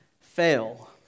fail